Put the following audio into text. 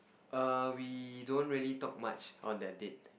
err we don't really talk much on that date